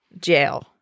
jail